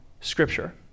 Scripture